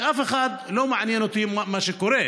שאף אחד לא מעניין אותו מה שקורה,